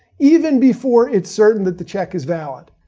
even before it's certain that the check is valid.